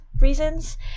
reasons